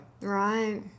Right